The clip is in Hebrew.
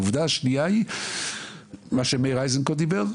העובדה השנייה היא מה שמאיר אייזנקוט אמר.